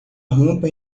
rampa